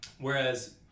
whereas